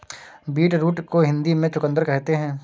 beetroot को हिंदी में चुकंदर कहते हैं